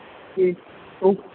ਠੀਕ ਉਹ